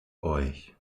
euch